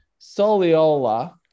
Soliola